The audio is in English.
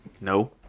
No